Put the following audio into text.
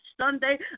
Sunday